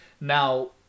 Now